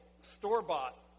store-bought